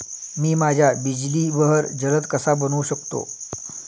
मी माझ्या बिजली बहर जलद कसा बनवू शकतो?